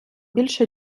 більше